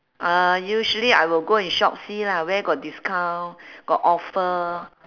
uh usually I will go and shop see lah where got discount got offer